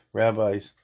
rabbis